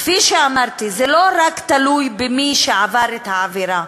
כפי שאמרתי, זה לא תלוי רק במי שעבר את העבירה,